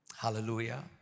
Hallelujah